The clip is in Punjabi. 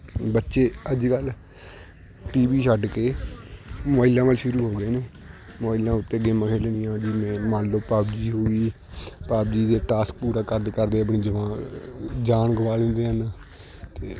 ਬੱਚੇ ਅੱਜ ਕੱਲ੍ਹ ਟੀ ਵੀ ਛੱਡ ਕੇ ਮੋਬਾਈਲਾਂ ਵੱਲ ਸ਼ੁਰੂ ਹੋ ਗਏ ਨੇ ਮੋਬਾਈਲਾਂ ਉੱਤੇ ਗੇਮਾਂ ਖੇਲਣੀਆਂ ਜਿਵੇਂ ਮੰਨ ਲਉ ਪਬਜੀ ਹੋ ਗਈ ਪਬਜੀ ਦੇ ਟਾਸਕ ਪੂਰਾ ਕਰਦੇ ਕਰਦੇ ਆਪਣੀ ਜਵਾਨ ਜਾਨ ਗਵਾ ਲੈਂਦੇ ਹਨ ਅਤੇ